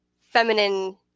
feminine